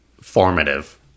formative